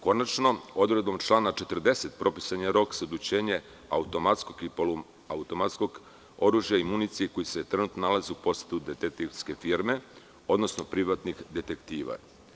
Konačno, odredbom člana 40. propisan je rok za automatsko i poluautomatsko oružje i municiju koji se trenutno nalazi u posedu detektivske firme, odnosno privatnih detektiva.